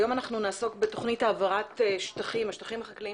היום אנחנו נעסוק בתוכנית העברת השטחים החקלאיים